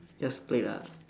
just play lah